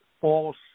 false